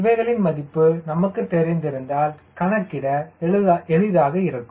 இவைகளின் மதிப்பு நமக்குத் தெரிந்திருந்தால் கணக்கிட எளிதாக இருக்கும்